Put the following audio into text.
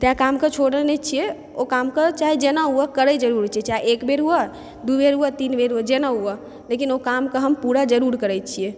तैंँ कामकेँ छोड़ै नहि छियै ओ कामकेँ चाहे जेना हुअऽ करै जरूर छियै चाहे एकबेर हुअऽ दू बेर हुअऽ तीन बेर हुअऽ जेना हुअऽ लेकिन ओ कामकेँ हम पूरा जरूर करै छियै